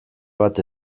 bat